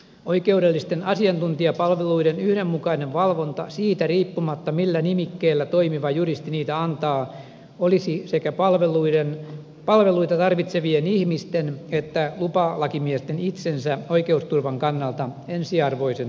oikeudellisten asiantuntijapalveluiden yhdenmukainen valvonta riippumatta siitä millä nimikkeellä toimiva juristi niitä antaa olisi sekä palveluita tarvitsevien ihmisten että lupalakimiesten itsensä oikeusturvan kannalta ensiarvoisen tärkeää